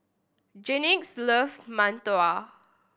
Jennings loves mantou